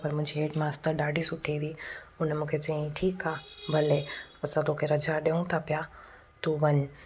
पर मुंहिंजी हैडमास्टर ॾाढी सुठी हुई हुन मूंखे चई ठीकु आहे भले असां तोखे रजा ॾियूं था पिया तूं वञू